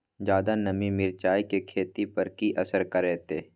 ज्यादा नमी मिर्चाय की खेती पर की असर करते?